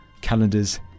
calendars